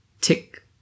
Tick